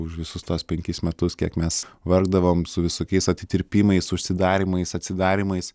už visus tuos penkis metus kiek mes vargdavom su visokiais atirpimais užsidarymais atsidarymais